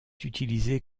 utilisé